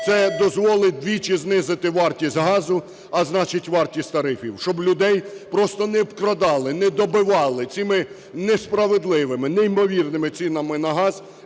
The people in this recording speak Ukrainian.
Це дозволить вдвічі знизити вартість газу, а значить вартість тарифів. Щоб людей просто не обкрадали, не добивали цими несправедливими, неймовірними цінами на газ